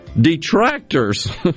detractors